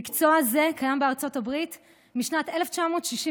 המקצוע הזה קיים בארצות הברית משנת 1967,